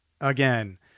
again